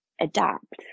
adapt